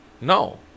No